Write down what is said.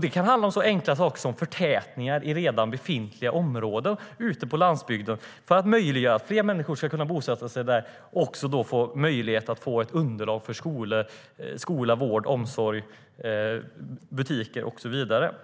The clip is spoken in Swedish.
Det kan handla om så enkla saker som förtätningar i redan befintliga områden för att möjliggöra för fler människor att bosätta sig där - detta för att man ska få ett underlag för skola, vård, omsorg, butiker och så vidare.